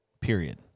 Period